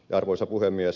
arvoisa puhemies